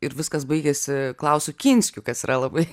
ir viskas baigėsi klausu kinskiu kas yra labai